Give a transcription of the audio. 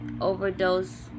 overdose